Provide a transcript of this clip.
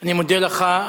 אני מודה לך.